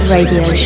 Radio